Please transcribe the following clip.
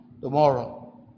tomorrow